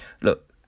look